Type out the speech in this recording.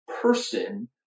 person